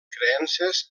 creences